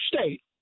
State